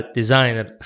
designer